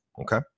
Okay